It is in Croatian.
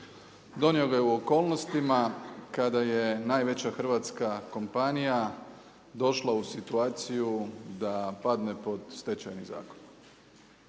Donio ga je u okolnostima kada je najveća hrvatska kompanija došla u situaciju da padne pod Stečajni zakon.